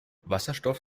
wasserstoff